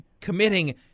committing